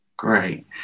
Great